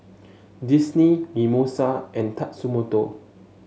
Disney Mimosa and Tatsumoto